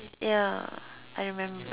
ya I remember